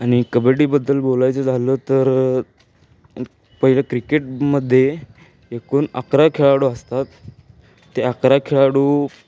आणि कबड्डीबद्दल बोलायचं झालं तर पहिलं क्रिकेटमध्ये एकूण अकरा खेळाडू असतात ते अकरा खेळाडू